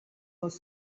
was